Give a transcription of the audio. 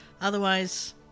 Otherwise